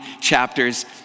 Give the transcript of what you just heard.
chapters